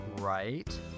right